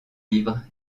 livre